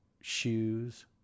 shoes